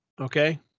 okay